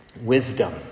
wisdom